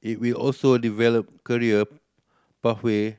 it will also develop career pathway